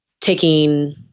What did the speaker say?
taking